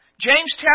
James